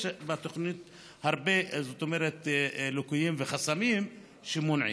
יש בתוכנית הרבה ליקויים וחסמים שמונעים.